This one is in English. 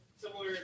similar